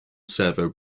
servo